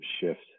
shift